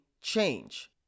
change